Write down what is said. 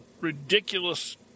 ridiculous